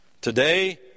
Today